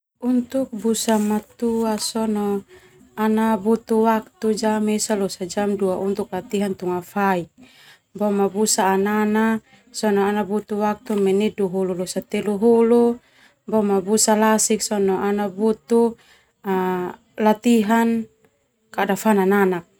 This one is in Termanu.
Untuk busa matua sona ana butuh waktu jam esa losa jam dua untuk latihan tunga faik. Kalo busa anana sona ana butuh waktu menit dua hulu losa menit telu hulu boma busa lasik sona ana butuh latihan kada fananak.